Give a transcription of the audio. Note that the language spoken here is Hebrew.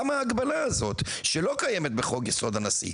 למה ההגבלה הזאת שלא קיימת בחוק יסוד הנשיא?